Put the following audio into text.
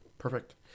Perfect